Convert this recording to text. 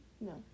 No